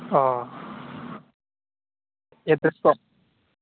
O address code